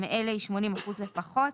מאלה היא 80 אחוזים לפחות: